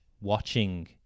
watching